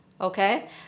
okay